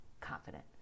confident